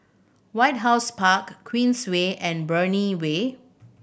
White House Park Queensway and Brani Way